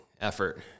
effort